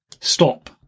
stop